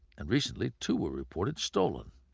and recently, two were reported stolen.